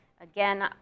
Again